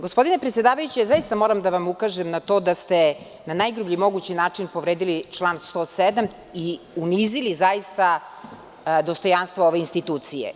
Gospodine predsedavajući ja zaista moram da vam ukažem na to da ste na najgrublji mogući način povredili član 107. i unizili zaista dostojanstvo ove institucije.